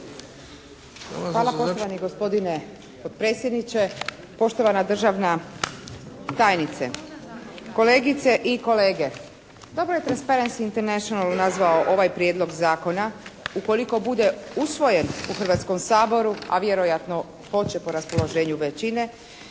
Hvala poštovani gospodine potpredsjedniče, poštovana državna tajnice, kolegice i kolege. Dobro je “Transparence International“ nazvao ovaj prijedlog zakona. Ukoliko bude usvojen u Hrvatskom saboru, a vjerojatno hoće po raspoloženju većine